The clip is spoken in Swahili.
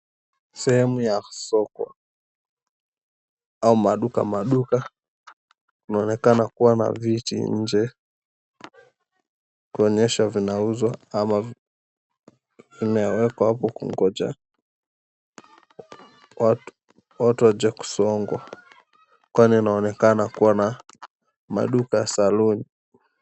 Sehemu ya soko, au maduka maduka. Inaonekana kuwa na viti nje kuonyesha vinauzwa, ama vimewekwa hapo kungoja watu waje kusongwa. Kwani kunaonekana kuwa na maduka ya saluni .